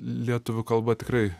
lietuvių kalba tikrai